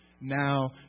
Now